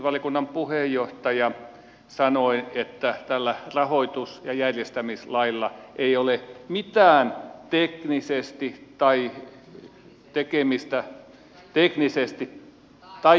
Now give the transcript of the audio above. sivistysvaliokunnan puheenjohtaja sanoi että tällä rahoitus ja järjestämislailla ei ole mitään tekemistä teknisesti teknisesti tai juridisesti